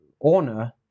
owner